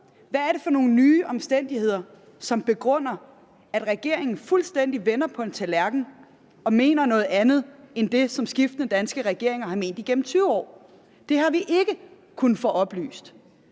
hvad det er for nogle nye omstændigheder, som begrunder, at regeringen fuldstændig vender på en tallerken og mener noget andet end det, som skiftende danske regeringer har ment igennem 20 år. Det har vi ikke kunnet få oplyst.